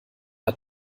hat